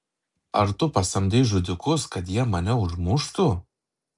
ar tu pasamdei žudikus kad jie mane užmuštų